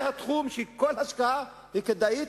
זה תחום שבו כל השקעה היא כדאית,